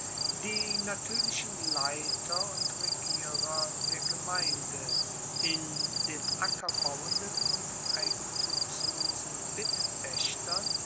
die natuerlichen leiter und regierer der gemeinde in den ackerbauenden und eigentumslosen